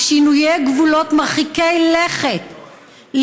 ושינויי גבולות מרחיקי לכת,